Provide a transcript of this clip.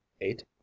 eight